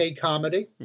Comedy